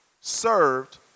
served